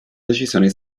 decisioni